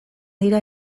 dira